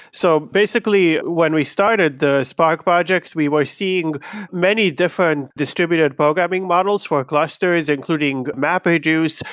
so basically, when we started the spark project, we were seeing many different distributed programming models for clusters including mapreduce,